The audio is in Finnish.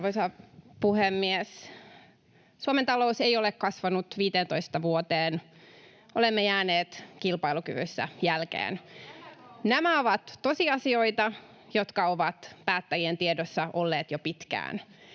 Arvoisa puhemies! Suomen talous ei ole kasvanut 15 vuoteen, olemme jääneet kilpailukyvyssä jälkeen. [Vasemmalta: Tämäkö auttaa?] Nämä ovat tosiasioita, jotka ovat päättäjien tiedossa olleet jo pitkään.